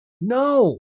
no